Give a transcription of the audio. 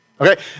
Okay